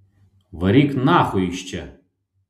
varyk nachui iš čia